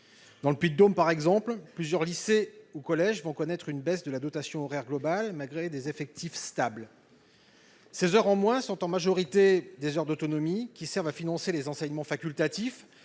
Dans le Puy-de-Dôme, par exemple, plusieurs lycées ou collèges vont connaître une baisse régulière de la dotation horaire globale malgré des effectifs stables. Ces heures en moins sont en majorité des heures d'autonomie qui servent à financer les enseignements facultatifs,